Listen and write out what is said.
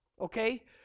okay